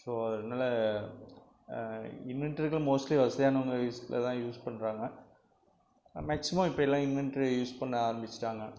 so அதனால inverter mostly வசதியானவங்க வீட்டில் தான் யூஸ் பண்ணுறாங்க மேக்சிமம் இப்போது எல்லாம் இன்வென்ட்டர் யூஸ் பண்ண ஆரம்பிச்சுட்டாங்க